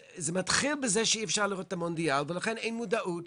זה מתחיל בזה שאי אפשר לראות את המונדיאל ולכן אין מודעות,